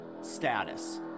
status